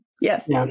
yes